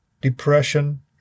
depression